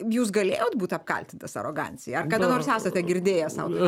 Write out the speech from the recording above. jūs galėjot būt apkaltintas arogancija ar kada nors esat girdėję sau tai